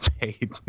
paid